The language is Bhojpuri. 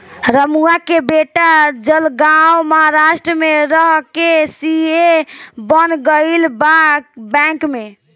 रमुआ के बेटा जलगांव महाराष्ट्र में रह के सी.ए बन गईल बा बैंक में